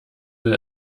will